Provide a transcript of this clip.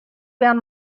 vean